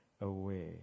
away